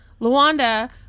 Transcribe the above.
Luanda